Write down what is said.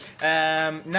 now